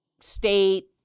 state